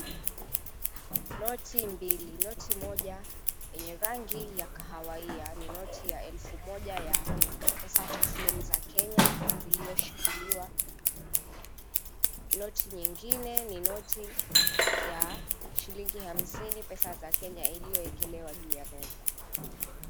Noti mbili. Noti moja yenye rangi ya kahawaiya ni noti ya elfu moja ya pesa taslimu za kenya iliyoshikiliwa. Noti nyingine ni noti ya shilingi hamsini pesa za kenya iliyoekelewa juu ya meza.